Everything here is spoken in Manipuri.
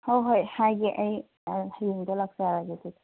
ꯍꯣꯏ ꯍꯣꯏ ꯍꯥꯏꯒꯦ ꯑꯩ ꯍꯌꯦꯡꯗꯣ ꯂꯥꯛꯆꯔꯒꯦ ꯑꯗꯨꯗꯤ